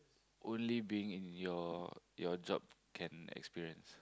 only being in your your job can experience